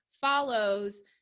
follows